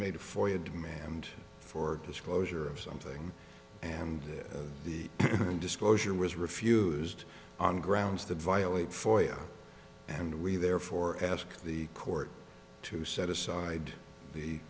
made for you a demand for disclosure of something and the disclosure was refused on grounds that violate foyer and we therefore ask the court to set aside the